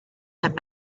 and